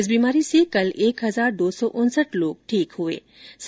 इस बीमारी से कल एक हजार दो सौ उनसठ लोग ठीक हुए है